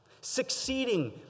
succeeding